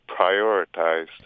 prioritized